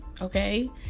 Okay